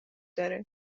داره